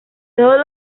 todos